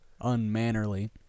unmannerly